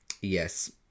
Yes